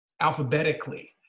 Alphabetically